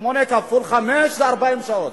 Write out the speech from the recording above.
שמונה כפול חמש זה 40 שעות.